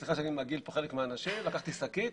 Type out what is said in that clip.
סליחה שאני מגעיל פה חלק מהאנשים לקחתי שקית,